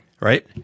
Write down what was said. Right